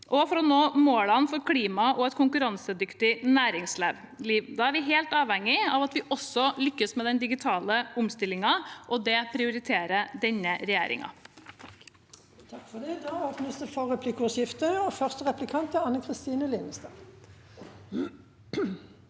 og for å nå målene for klima og et konkurransedyktig næringsliv. Da er vi helt avhengig av at vi også lykkes med den digitale omstillingen, og det prioriterer denne regjeringen.